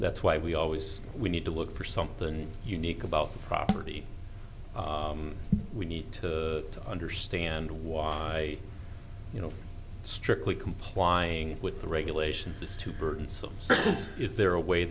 that's why we always we need to look for something unique about the property we need to understand why you know strictly complying with the regulations is too burdensome is there a way